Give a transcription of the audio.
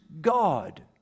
God